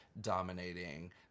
dominating